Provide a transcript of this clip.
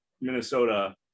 Minnesota